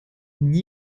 noch